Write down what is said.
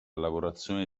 lavorazione